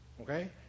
Okay